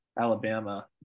Alabama